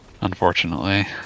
Unfortunately